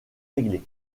réglé